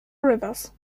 rivers